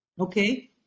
okay